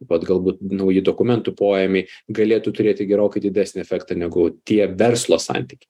taip pat galbūt nauji dokumentų poėmiai galėtų turėti gerokai didesnį efektą negu tie verslo santykiai